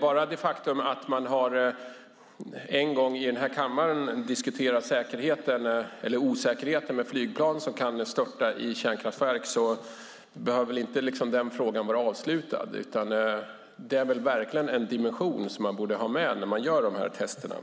Bara det faktum att man här i kammaren en gång har diskuterat säkerheten - eller osäkerheten - med flygplan som kan störta i kärnkraftverk behöver väl inte den frågan vara avslutad, utan det är väl verkligen en dimension som man borde ha med när man gör de här testerna.